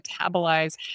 metabolize